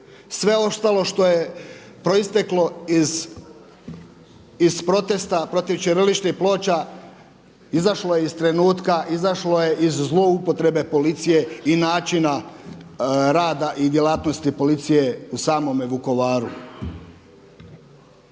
Sve ostalo što je proisteklo iz protesta protiv ćiriličnih ploča izašlo je iz trenutka, izašlo je iz zloupotrebe policije i načina rada i djelatnosti policije u samome Vukovaru.